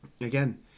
again